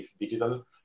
digital